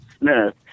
Smith